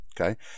Okay